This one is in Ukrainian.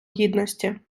гідності